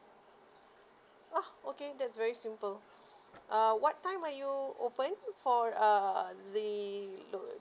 ah okay that's very simple uh what time are you open for uh the